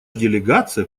делегация